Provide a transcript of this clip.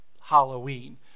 Halloween